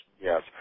Yes